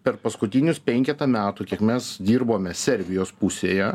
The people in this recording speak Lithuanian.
per paskutinius penketą metų kiek mes dirbome serbijos pusėje